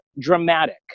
dramatic